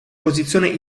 posizione